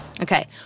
Okay